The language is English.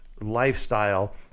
lifestyle